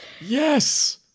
yes